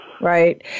Right